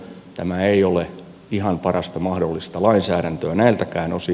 tämä ei ole ihan parasta mahdollista lainsäädäntöä näiltäkään osin